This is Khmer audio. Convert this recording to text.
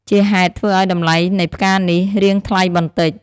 ជាហេតុធ្វើឱ្យតម្លៃនៃផ្កានេះ រៀងថ្លៃបន្តិច។